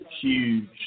huge